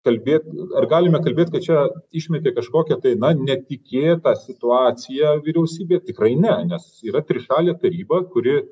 kalbėt ar galime kalbėt kad čia išmeti kažkokią tai na netikėtą situaciją vyriausybė tikrai ne nes yra trišalė taryba kuri